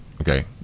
Okay